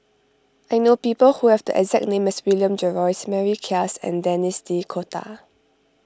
I know people who have the exact name as William Jervois Mary Klass and Denis D'Cotta